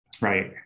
Right